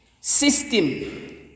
system